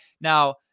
Now